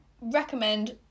recommend